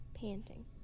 panting